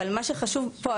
אבל מה שחשוב פה,